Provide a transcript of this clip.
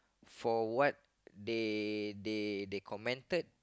for what they they they commented